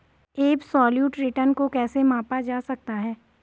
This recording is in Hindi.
एबसोल्यूट रिटर्न को कैसे मापा जा सकता है?